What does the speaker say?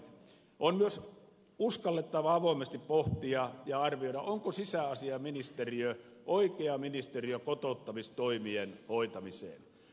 on myös uskallettava avoimesti pohtia ja arvioida onko sisäasiainministeriö oikea ministeriö kotouttamistoimien hoitamiseen